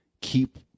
keep